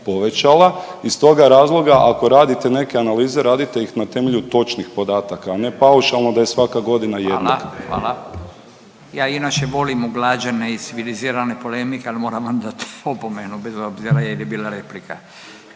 povećala. Iz toga razloga, ako radite neke analize, radite ih na temelju točnih podataka, a ne paušalno da je svaka godina jednaka. **Radin, Furio (Nezavisni)** Hvala, hvala. Ja inače volim uglađene i civilizirane polemike ali moram vam dat opomenu bez obzira jer je bila replika.